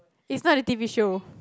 it's not a t_v show